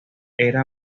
era